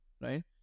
right